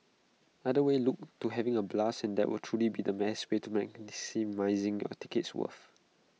either way look to having A blast and that will truly be the way to maximising your ticket's worth